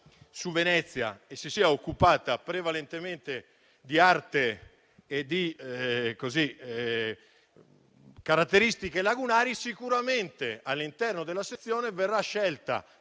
su Venezia e si sia occupata prevalentemente di arte e di caratteristiche lagunari, sicuramente, all'interno della sezione, verrà scelta